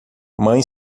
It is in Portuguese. mãe